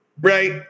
right